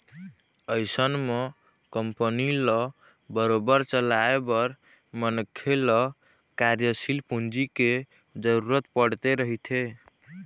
अइसन म कंपनी ल बरोबर चलाए बर मनखे ल कार्यसील पूंजी के जरुरत पड़ते रहिथे